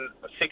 six